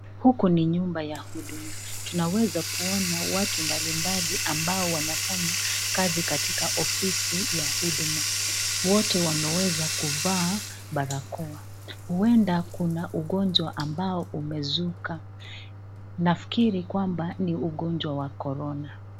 Huku ni nyumba ya huduma. Tunaweza kuona watu mbalimbali ambao wanafanya kazi katika ofisi ya huduma. Wote wameweza kuvaa barakoa huenda kuna ugonjwa ambao umezuka nafikiri kwamba ni ugonjwa wa corona.